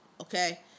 okay